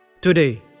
Today